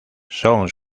son